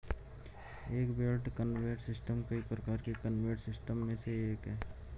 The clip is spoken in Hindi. एक बेल्ट कन्वेयर सिस्टम कई प्रकार के कन्वेयर सिस्टम में से एक है